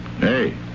Hey